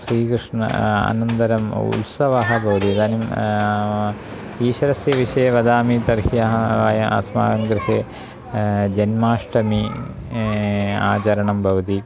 श्रीकृष्णः अनन्तरम् उत्सवः भवति इदानीम् ईश्वरस्य विषये वदामि तर्हि अहं अस्माकं गृहे जन्माष्टमी आचरणं भवति